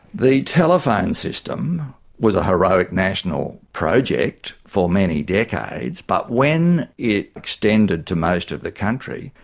the telephone system was a heroic national project for many decades, but when it extended to most of the country,